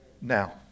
now